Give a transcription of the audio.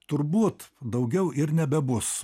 turbūt daugiau ir nebebus